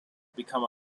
become